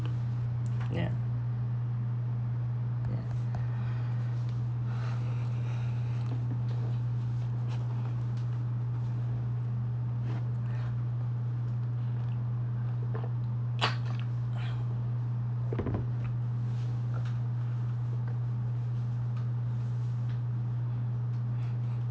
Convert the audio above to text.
ya